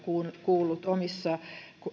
kuullut omissa